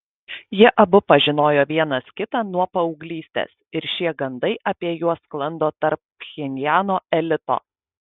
jie abu pažinojo vienas kitą nuo paauglystės ir šie gandai apie juos sklando tarp pchenjano elito